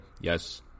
Yes